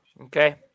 okay